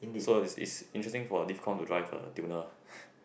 so is is interesting for a Div Comm to drive a tuner